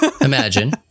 imagine